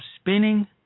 spinning